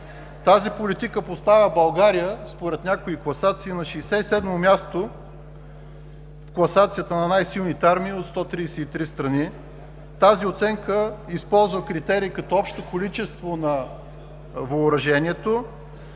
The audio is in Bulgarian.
Тази политика поставя България на 67-мо място според класациите на най-силните армии от 133 страни. Тази оценка използва критерии като общо количество на въоръжението.